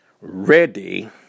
ready